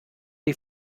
die